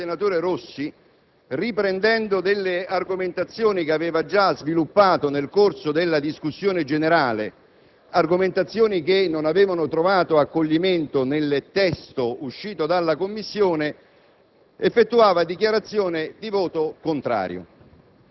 Orbene, nel corso della dichiarazione di voto, il senatore Rossi Fernando, riprendendo delle argomentazioni che aveva già sviluppato nel corso della discussione generale, che non avevano trovato accoglimento nel testo uscito dalla Commissione,